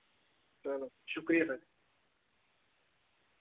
चलो शुक्रिया सर